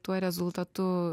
tuo rezultatu